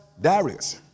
Darius